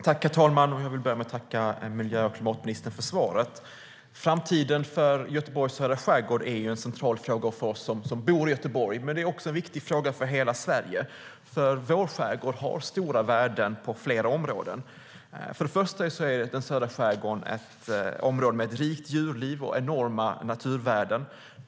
Herr talman! Jag tackar klimat och miljöministern för svaret. Framtiden för Göteborgs södra skärgård är en central fråga för oss som bor i Göteborg. Det är också en viktig fråga för hela Sverige, för denna skärgård har stora värden på flera områden. Göteborgs södra skärgård har ett rikt djurliv och enorma naturvärden.